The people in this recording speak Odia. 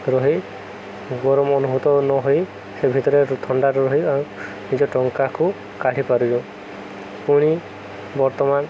ରହି ଗରମ ଅନୁଭୂତ ନହୋଇ ସେ ଭିତରେ ଥଣ୍ଡାରେ ରହି ଆଉ ନିଜ ଟଙ୍କାକୁ କାଢ଼ି ପାରିବ ପୁଣି ବର୍ତ୍ତମାନ